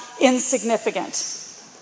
insignificant